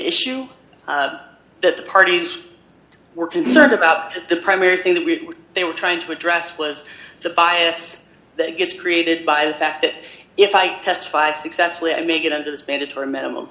issue that the parties were concerned about because the primary thing that we they were trying to address was the bias that gets created by the fact that if i testify successfully i may get into this mandatory minimum